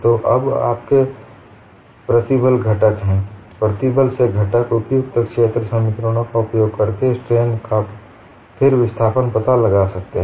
तो अब आपके प्रतिबल घटक है प्रतिबल से घटक उपयुक्त क्षेत्र समीकरणों का उपयोग करके स्ट्रेन का फिर विस्थापन पता लगाते हैं